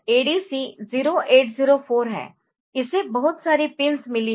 इसे बहुत सारी पिन्स मिली है